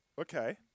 okay